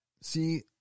See